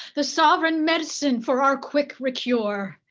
the sovereign medicine for our quick recure.